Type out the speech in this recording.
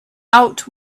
out